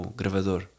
gravador